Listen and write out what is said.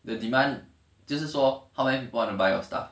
the demand 就是说 how many people want to buy your stuff